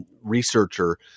researcher